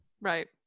Right